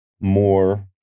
more